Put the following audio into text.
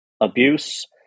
abuse